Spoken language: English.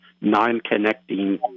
non-connecting